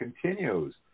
Continues